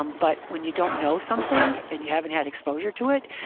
um but when you don't know something and you haven't had exposure to it,